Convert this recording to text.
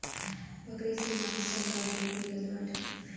बकरी से मांस चमड़ा दूध मिलत बाटे